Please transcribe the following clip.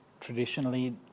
traditionally